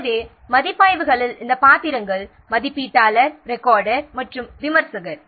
எனவே மதிப்பாய்வுகளில் இந்த பாத்திரங்கள் மதிப்பீட்டாளர் ரெக்கார்டர் மற்றும் விமர்சகர்